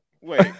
Wait